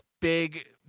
Big